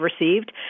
received